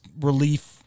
relief